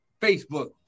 Facebook